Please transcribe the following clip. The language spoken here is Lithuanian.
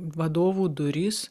vadovų durys